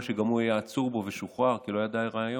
אני איצמד לתשובה שקיבלתי, שהיא באמת התשובה